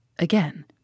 Again